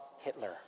Hitler